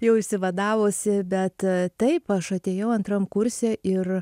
jau išsivadavusi bet taip aš atėjau antram kurse ir